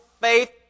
faith